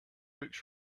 books